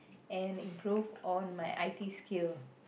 and improve on my I_T skills